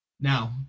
Now